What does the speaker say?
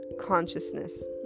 consciousness